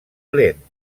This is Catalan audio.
lent